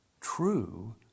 true